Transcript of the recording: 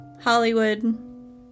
Hollywood